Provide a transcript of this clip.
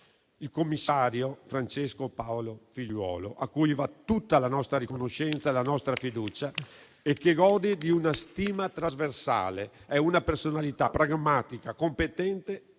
Il commissario Francesco Paolo Figliuolo, a cui va tutta la nostra riconoscenza e la nostra fiducia e che gode di una stima trasversale, è una personalità pragmatica, competente e